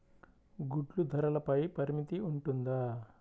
గుడ్లు ధరల పై పరిమితి ఉంటుందా?